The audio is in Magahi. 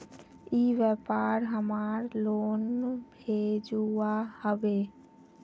ई व्यापार हमार लोन भेजुआ हभे?